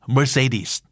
Mercedes